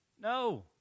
No